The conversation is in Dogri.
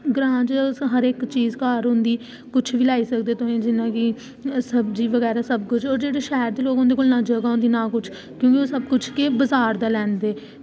ग्रांऽ च हगर इक्क चीज़ घर होंदी कुछ बी लाई सकदे तुस जियां की सब्ज़ी बगैरा सबकुछ ओह् जेह्ड़ी शैह्र च लोग होंदे ना उंदे कोल जगह होंदी ना कुछ क्योंकि ओह् सबकुछ के बजार दा लैंदे